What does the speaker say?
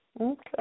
Okay